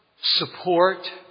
support